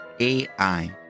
AI